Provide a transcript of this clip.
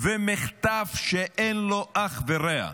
ומחטף שאין לו אח ורע,